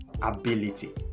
ability